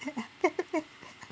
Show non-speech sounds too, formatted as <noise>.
<laughs>